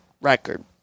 record